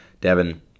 Devin